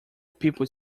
people